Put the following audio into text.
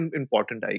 important